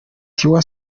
tiwa